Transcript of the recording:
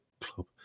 club